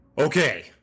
Okay